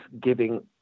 giving